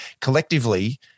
collectively